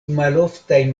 maloftaj